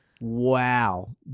Wow